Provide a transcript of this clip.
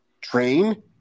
train